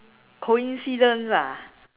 coincidence ah